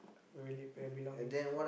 will leave your belongings